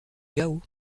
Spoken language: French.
gao